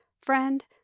Friend